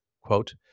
Quote